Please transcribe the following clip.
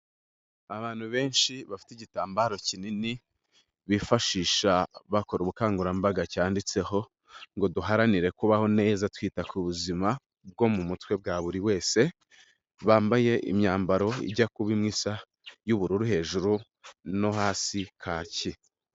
Abantu benshi, bafite igitambaro kinini bifashisha bakora ubukangurambaga cyanditseho ngo duharanire kubaho neza twita ku buzima bwo mu mutwe bwa buri wese, bambaye imyambaro ijya kuba imwe isa y'ubururu hejuru no hasi kaki.